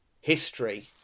history